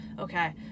okay